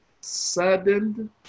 sudden